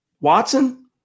Watson